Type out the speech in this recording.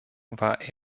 war